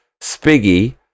Spiggy